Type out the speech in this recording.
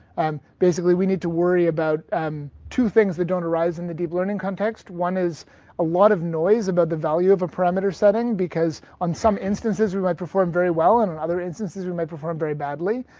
um basically we need to worry about two things that don't arise in the deep learning context. one is a lot of noise about the value of a parameter setting because on some instances we might perform very well and in other instances we might perform very badly.